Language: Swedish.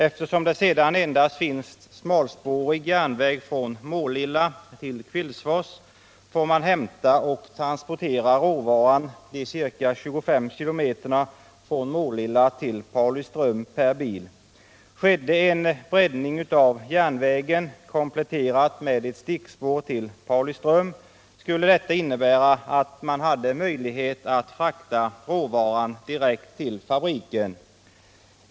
Eftersom det sedan endast finns smalspårig järnväg från Målilla till Kvillsfors får man hämta och transportera råvaran ca 25 km från Målilla till Pauliström per bil. Skedde en breddning av järnvägen, kompletterad med ett stickspår till Pauliström, skulle detta innebära att man hade möjlighet att frakta råvaran per järnväg direkt till fabriken.